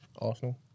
Arsenal